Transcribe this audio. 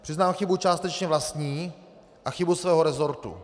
Přiznám chybu částečně vlastní a chybu svého resortu.